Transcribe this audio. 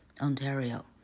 Ontario